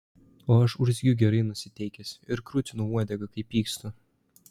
o aš urzgiu gerai nusiteikęs ir krutinu uodegą kai pykstu